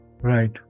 Right